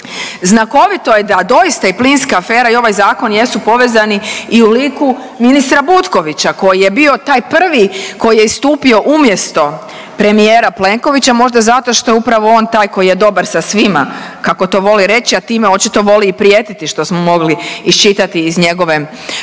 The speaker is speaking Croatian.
Znakovito je da doista i plinska afera i ovaj zakon jesu povezani i u liku ministra Butkovića koji je bio taj prvi koji je istupio umjesto premijera Plenkovića, možda zato što je upravo on taj koji je dobar sa svima kako to voli reći, a time očito i voli prijetiti što smo mogli iščitati iz njegove trenutne